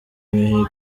imihigo